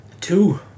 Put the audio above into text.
Two